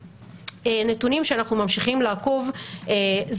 נתונים שאנחנו ממשיכים לעקוב אחריהם הם